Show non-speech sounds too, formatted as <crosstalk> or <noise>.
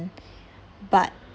<breath> but